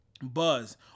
Buzz